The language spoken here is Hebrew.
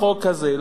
בחוק הזה.